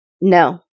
no